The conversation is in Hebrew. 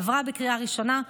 עברה בקריאה ראשונה,